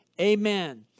Amen